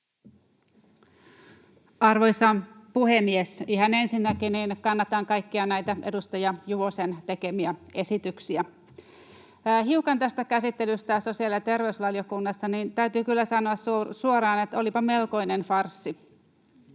Arvoisa puhemies! Ihan ensinnäkin kannatan kaikkia näitä edustaja Juvosen tekemiä esityksiä. Hiukan tästä käsittelystä sosiaali- ja terveysvaliokunnassa: Täytyy kyllä sanoa suoraan, että olipa melkoinen farssi.